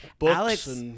Alex